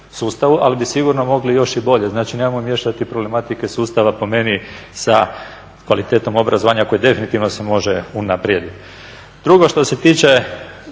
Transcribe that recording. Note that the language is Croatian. ali bi sigurno mogli još i bolje. Znači nemojmo miješati problematike sustava po meni sa kvalitetom obrazovanja koje definitivno se može unaprijediti. Drugo, što se tiče